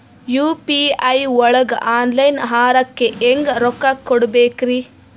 UPI ಒಳಗ online ಆಹಾರಕ್ಕೆ ಹೆಂಗ್ ರೊಕ್ಕ ಕೊಡಬೇಕ್ರಿ?